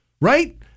Right